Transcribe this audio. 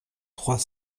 trois